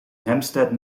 hampstead